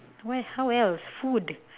where how else food